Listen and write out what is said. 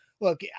Look